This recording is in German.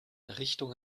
errichtung